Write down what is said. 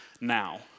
now